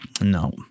No